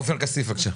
עופר כסיף, בבקשה.